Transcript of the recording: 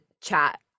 chat